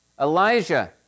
Elijah